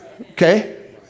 Okay